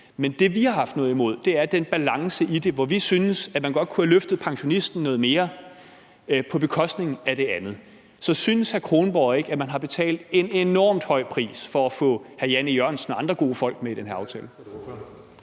men det, vi har haft noget imod, er den balance i det, hvor vi synes, at man godt kunne have løftet det noget mere for pensionisten på bekostning af det andet. Så synes hr. Anders Kronborg ikke, at man har betalt en enormt høj pris for at få hr. Jan E. Jørgensen og andre gode folk med i den her aftale?